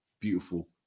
Beautiful